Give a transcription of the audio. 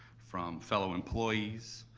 from fellow employees,